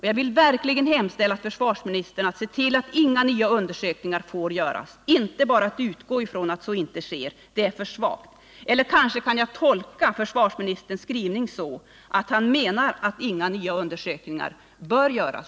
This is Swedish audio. Jag vill verkligen hemställa att försvarsministern ser till att inga nya undersökningar får göras. Att bara utgå ifrån att så inte sker är för svagt. Eller kan jag kanske tolka försvarsministerns skrivning så, att han menar att inga nya undersökningar får göras?